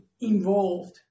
involved